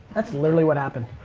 that's literally what happened.